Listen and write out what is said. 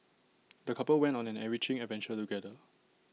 the couple went on an enriching adventure together